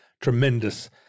tremendous